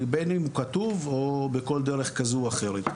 בין אם הוא כתוב או בכל דרך כזו או אחרת.